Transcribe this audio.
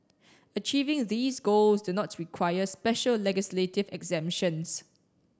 achieving these goals do not require special legislative exemptions